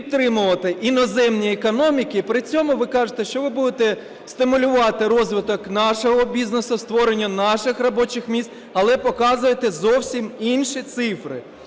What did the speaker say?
підтримувати іноземні економіки, при цьому ви кажете, що ви будете стимулювати розвиток нашого бізнесу, створення наших робочих місць, але показуєте зовсім інші цифри.